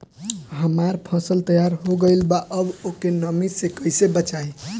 हमार फसल तैयार हो गएल बा अब ओके नमी से कइसे बचाई?